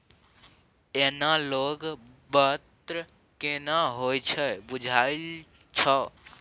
Analogue बन्न केना होए छै बुझल छौ?